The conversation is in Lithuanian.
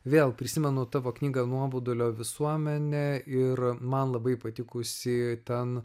vėl prisimenu tavo knygą nuobodulio visuomenė ir man labai patikusį ten